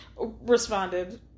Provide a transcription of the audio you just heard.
responded